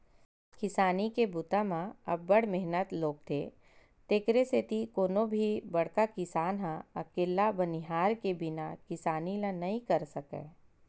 किसानी के बूता म अब्ब्ड़ मेहनत लोगथे तेकरे सेती कोनो भी बड़का किसान ह अकेल्ला बनिहार के बिना किसानी ल नइ कर सकय